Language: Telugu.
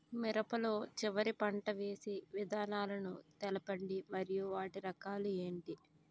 మిరప లో చివర పంట వేసి విధానాలను తెలపండి మరియు వాటి రకాలు ఏంటి